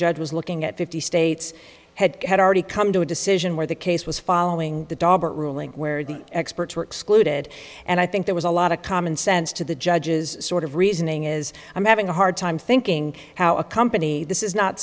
judge was looking at fifty states had had already come to a decision where the case was following the dobber ruling where the experts were excluded and i think there was a lot of common sense to the judge's sort of reasoning is i'm having a hard time thinking how a company this is not